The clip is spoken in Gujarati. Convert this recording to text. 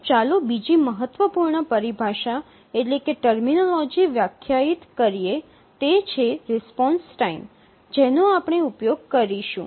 હવે ચાલો બીજી મહત્વપૂર્ણ પરિભાષા વ્યાખ્યાયિત કરીએ તે છે રિસ્પોન્સ ટાઇમ જેનો આપણે ઉપયોગ કરીશું